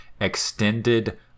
extended